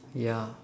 ya